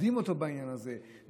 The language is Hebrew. מכבדים אותו בעניין הזה,